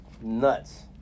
Nuts